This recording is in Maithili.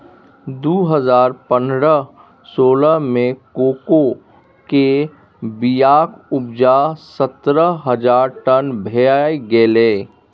दु हजार पनरह सोलह मे कोको केर बीयाक उपजा सतरह हजार टन भए गेलै